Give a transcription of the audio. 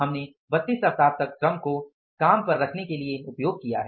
हमने 32 सप्ताह तक श्रम को काम पर रखने के लिए उपयोग किया है